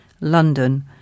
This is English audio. London